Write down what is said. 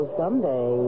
someday